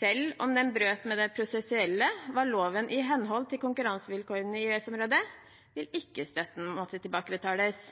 selv om den brøt med det prosessuelle, var lovlig i henhold til konkurransevilkårene i EØS-området, vil ikke støtten måtte tilbakebetales.